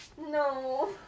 No